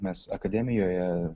mes akademijoje